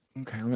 Okay